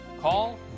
Call